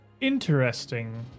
interesting